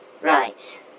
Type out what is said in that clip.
Right